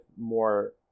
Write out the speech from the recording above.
more